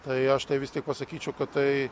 tai aš tai vis tik pasakyčiau kad tai